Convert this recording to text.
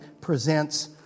presents